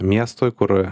miestui kur